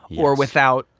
or without,